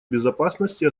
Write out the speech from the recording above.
безопасности